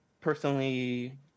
personally